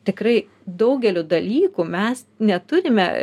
tikrai daugelio dalykų mes neturime